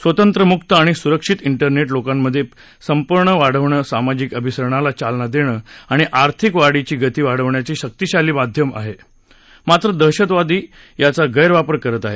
स्वतंत्र मुक्त आणि सुरक्षित िठरनेट लोकांमधे संपर्क वाढवणं सामाजिक अभिसारणाला चालना देणं आणि आर्थिक वाढीची गती वाढवण्याचं शक्तीशाली माध्यम आहे मात्र दहशतवादी त्याचा गैरवापर करत आहे